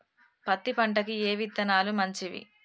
పత్తి పంటకి ఏ విత్తనాలు మంచివి?